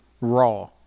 Raw